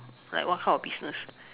like what kind of business